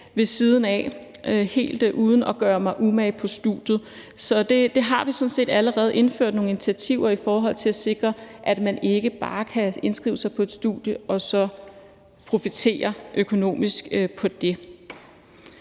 ved siden af helt uden at gøre sig umage på studiet. Så der har vi sådan set allerede indført nogle initiativer i forhold til at sikre, at man ikke bare kan indskrive sig på et studie og så profitere økonomisk på det.